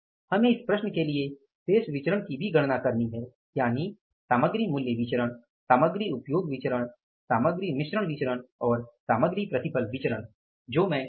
हमें इस प्रश्न के लिए शेष विचरण की भी गणना करनी है यानि सामग्री मूल्य विचरण सामग्री उपयोग विचरण सामग्री मिश्रण विचरण और सामग्री प्रतिफल विचरण जो मैं करूँगा